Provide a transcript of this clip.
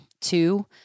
two